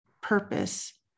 purpose